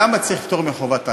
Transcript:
למה צריך פטור מחובת הנחה?